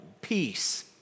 peace